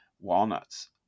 walnuts